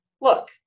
look